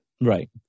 Right